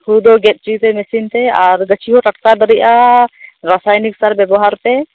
ᱦᱩᱲᱩ ᱫᱚ ᱜᱮᱫ ᱦᱚᱪᱚᱭ ᱯᱮ ᱢᱮᱥᱤᱱ ᱛᱮ ᱟᱨ ᱜᱟᱹᱪᱷᱤ ᱦᱚᱸ ᱴᱟᱴᱠᱟ ᱫᱟᱨᱮᱜᱼᱟ ᱨᱟᱥᱟᱭᱱᱤᱠ ᱥᱟᱨ ᱵᱮᱵᱚᱦᱟᱨ ᱯᱮ